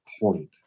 point